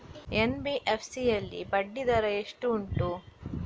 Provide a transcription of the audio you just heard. NBFC ಯಲ್ಲಿ ಬಡ್ಡಿ ದರ ಎಷ್ಟು ಉಂಟು?